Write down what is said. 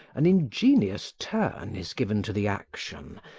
an ingenious turn is given to the action,